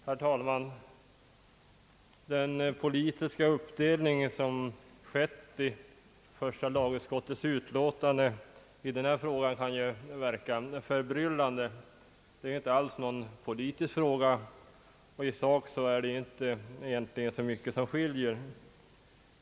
Herr talman! Den politiska uppdelningen i första lagutskottet i denna fråga kan ju verka förbryllande. Det är helgdagar inte alls någon politisk fråga, och i sak är det egentligen inte mycket som skiljer majoriteten och reservanterna åt.